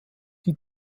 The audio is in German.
die